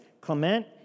Clement